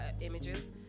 images